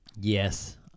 Yes